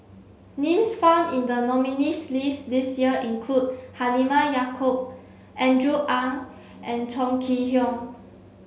names found in the nominees' list this year include Halimah Yacob Andrew Ang and Chong Kee Hiong